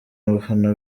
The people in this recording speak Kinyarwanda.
abafana